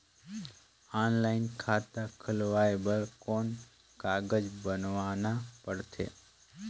Online खाता खुलवाय बर कौन कागज बनवाना पड़थे?